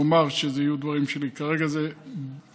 אומר שאלה יהיו דברים שלי, כרגע אלה דבריה.